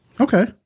Okay